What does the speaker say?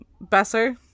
Besser